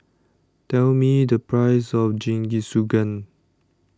Tell Me The Price of Jingisukan